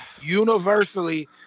universally